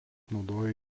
naudojo